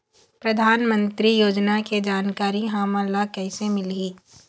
परधानमंतरी योजना के जानकारी हमन ल कइसे मिलही?